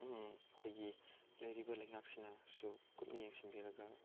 ꯑꯩꯈꯣꯏꯒꯤ ꯂꯩꯔꯤꯕ ꯂꯩꯉꯥꯛꯁꯤꯅꯁꯨ ꯀꯨꯞꯅ ꯌꯦꯡꯁꯤꯟꯕꯤꯔꯒ ꯑꯩꯈꯣꯏꯒꯤ